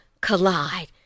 collide